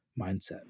mindset